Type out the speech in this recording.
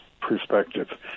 perspective